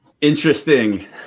Interesting